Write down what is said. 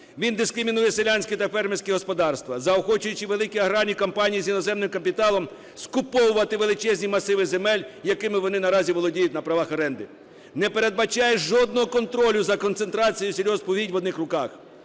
Він дискримінує селянські та фермерські господарства, заохочуючи великі аграрні компанії з іноземним капіталом скуповувати величезні масиви земель, якими вони наразі володіють на правах оренди, не передбачає жодного контролю за концентрацію сільгоспугідь в одних руках.